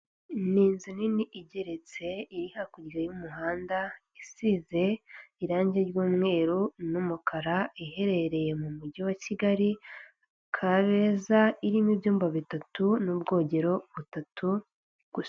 Ni inzu nini igeretse, iri hakurya y'umuhanda, isize irangi ry'umweru n'umukara, iherereye mu mujyi wa Kigali Kabeza, irimo ibyumba bitatu n'ubwogero bitatu gusa.